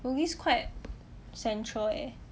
bugis quite central eh